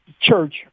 church